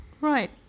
Right